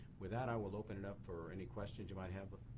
with that, i will open it up for any questions you might have.